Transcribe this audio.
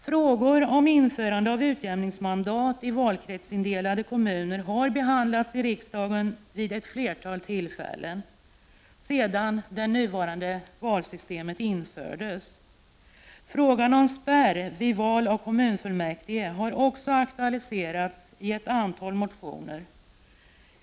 Frågor om införande av utjämningsmandat i valkretsindelade kommuner har behandlats av riksdagen vid ett flertal tillfällen, sedan det nuvarande valsystemet infördes. Frågan om spärr vid val av kommunfullmäktige har också aktualiserats i ett antal motioner.